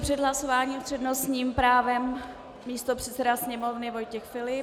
Před hlasováním s přednostním právem místopředseda Sněmovny Vojtěch Filip.